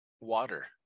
Water